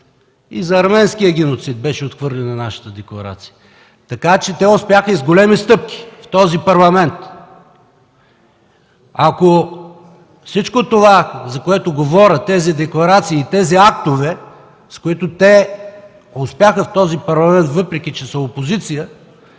за арменския геноцид. Така че те успяха и с големи стъпки в този парламент. Ако всичко това, за което говорят – тези декларации и актовете, с които те успяха в този парламент, въпреки че са опозиция,